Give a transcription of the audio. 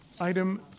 Item